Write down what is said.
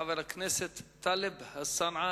חבר הכנסת טלב אלסאנע,